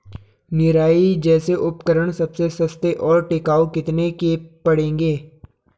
निराई जैसे उपकरण सबसे सस्ते और टिकाऊ कितने के पड़ेंगे?